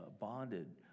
bonded